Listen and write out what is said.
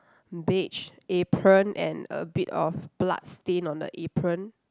beige apron and a bit of blood stain on the apron